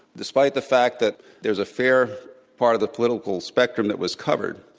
despite the fact that there's a fair part of the political spectrum that was covered,